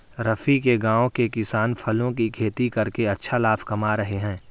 रफी के गांव के किसान फलों की खेती करके अच्छा लाभ कमा रहे हैं